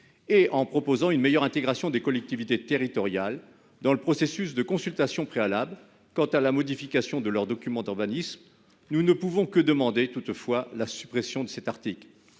et en proposant une meilleure intégration des collectivités territoriales dans le processus de consultations préalables quant à la modification de leurs documents d'urbanisme, nous ne pouvons toutefois que demander la suppression de cet article.